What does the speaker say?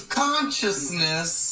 consciousness